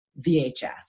VHS